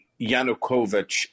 Yanukovych